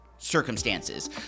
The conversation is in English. circumstances